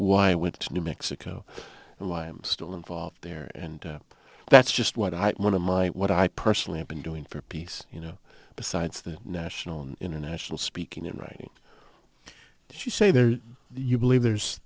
why i went to new mexico and why i'm still involved there and that's just what i want to my what i personally have been doing for peace you know besides the national and international speaking and writing she say that you believe there's